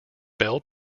bell